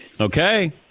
Okay